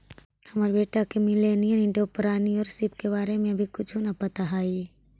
हमर बेटा के मिलेनियल एंटेरप्रेन्योरशिप के बारे में अभी कुछो न पता हई